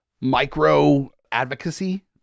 micro-advocacy